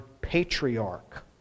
patriarch